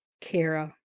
Kara